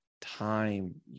time